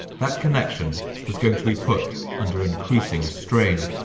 that connection was going to be put under increasing strain.